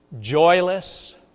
joyless